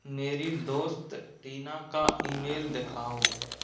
मेरी दोस्त टीना का ईमेल दिखाओ